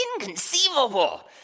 inconceivable